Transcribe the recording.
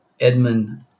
Edmund